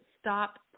stop